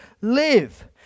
live